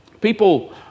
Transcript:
People